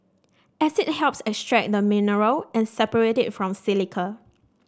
acid helps extract the mineral and separate it from silica